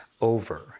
over